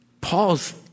Paul's